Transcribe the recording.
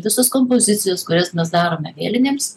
visas kompozicijas kurias mes darome vėlinėms